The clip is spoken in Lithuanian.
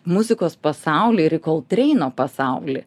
muzikos pasaulį ir į kolt reino pasaulį